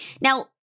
Now